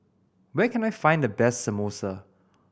where can I find the best Samosa